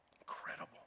Incredible